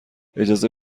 اجازه